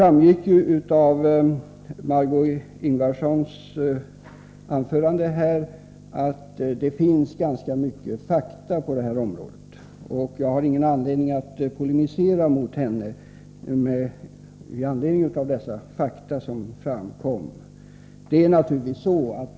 Av Marg6ö Ingvardssons anförande framgick det att det finns ganska mycket fakta på detta område, och jag har ingen anledning att polemisera mot henne med anledning av de fakta som framkom.